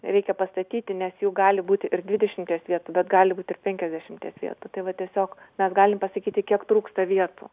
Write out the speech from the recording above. reikia pastatyti nes jų gali būti ir dvidešimties vietų bet gali būt ir penkiasdešimties vietų tai va tiesiog mes galim pasakyti kiek trūksta vietų